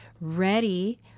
ready